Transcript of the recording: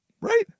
Right